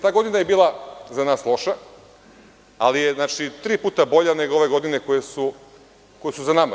Ta godina je bila za nas loša, ali tri puta bolja nego ove godine koje su za nama.